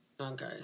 Okay